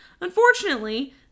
Unfortunately